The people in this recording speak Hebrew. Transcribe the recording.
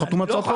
חתום הצעת חוק.